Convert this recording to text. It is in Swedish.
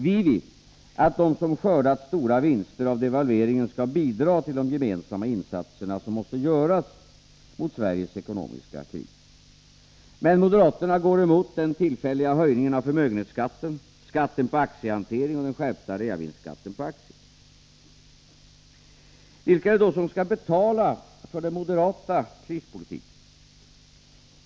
Vi vill att de som skördat stora vinster av devalveringen skall bidra till de gemensamma insatser som måste göras mot Sveriges ekonomiska kris, men moderaterna går emot den tillfälliga höjningen av förmögenhetsskatten, skatten på aktiehantering och den skärpta reavinstskatten på aktier. Vilka är det då som skall betala för den moderata krispolitiken?